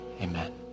amen